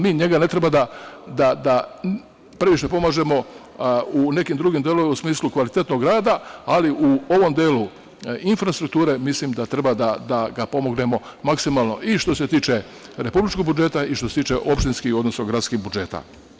Mi njega ne treba da previše pomažemo u nekom drugim delovima u smislu kvalitetnog rada, ali u ovom delu infrastrukture, mislim da treba da ga pomognemo maksimalno, i što se tiče republičkog budžeta i što se tiče opštinskih, odnosno gradskih budžeta.